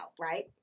right